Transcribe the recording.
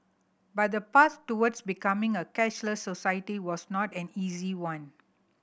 but the path towards becoming a cashless society was not an easy one